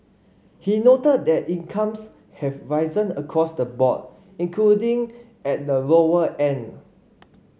he noted that incomes have risen across the board including at the lower end